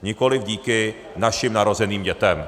Nikoliv díky našim narozeným dětem.